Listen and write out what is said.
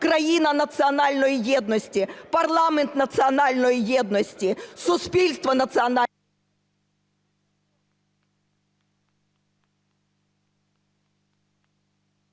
країна національної єдності, парламент національної єдності, суспільство національної…